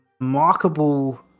remarkable